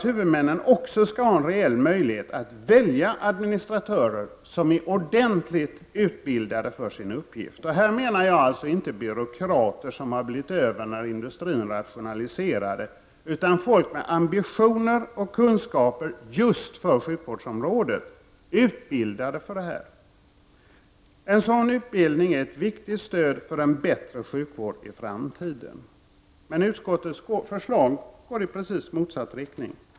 Huvudmännen skall på sikt ha en reell möjlighet att välja administratörer som är ordentligt utbildade för sin uppgift. Här menar jag alltså inte byråkrater som har blivit över från rationaliseringar inom industrin, utan folk med ambitioner och kunskaper just för sjukvårdsområdet, utbildade för detta. En sådan utbildning är ett viktigt stöd för en bättre sjukvård i framtiden. Utskottets förslag går emellertid i precis motsatt riktning.